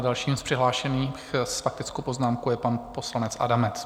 Dalším z přihlášených s faktickou poznámkou je pan poslanec Adamec.